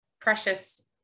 precious